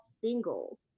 singles